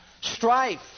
strife